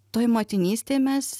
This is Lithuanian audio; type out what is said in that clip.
toj motinystėj mes